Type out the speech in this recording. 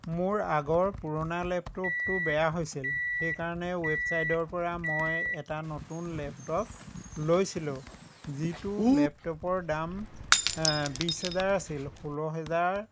মোৰ আগৰ পুৰণা লেপটপটো বেয়া হৈছিল সেইকাৰণে ৱেবছাইটৰ পৰা মই এটা নতুন লেপটপ লৈছিলোঁ যিটো লেপটপৰ দাম বিছ হেজাৰ আছিল ষোল্ল হেজাৰ